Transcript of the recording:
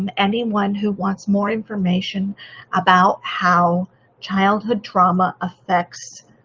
and anyone who wants more information about how childhood trauma affects